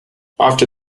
after